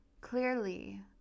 clearly